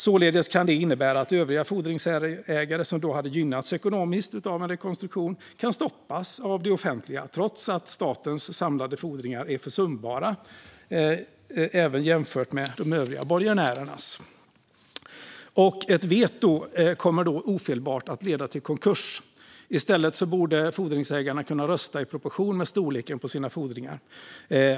Således kan det innebära att övriga fordringsägare som hade gynnats ekonomiskt av rekonstruktion kan stoppas av det offentliga, trots att statens samlade fordringar är försumbara, även jämfört med de övriga borgenärernas. Ett veto kommer då ofelbart att leda till konkurs. I stället borde fordringsägarna kunna rösta i proportion till storleken på sina fordringar.